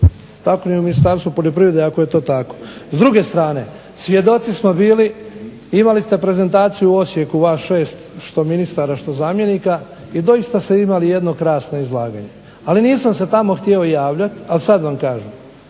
Tako ni u Ministarstvu poljoprivrede ako je to tako. S druge strane, svjedoci smo bili, imali ste prezentaciju u Osijeku vas 6 što ministara što zamjenika i doista ste imali jedno krasno izlaganje. Ali nisam se tamo htio javljati, ali sad vam kažem